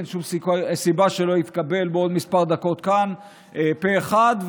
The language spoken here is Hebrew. אין שום סיבה שלא יתקבל בעוד כמה דקות כאן פה אחד,